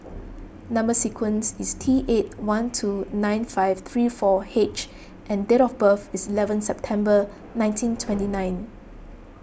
Number Sequence is T eight one two nine five three four H and date of birth is eleven September nineteen twenty nine